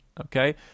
okay